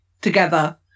together